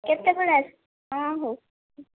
କେତେବେଳେ ହଁ ହେଉ